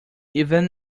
even